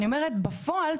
אני אומרת בפועל,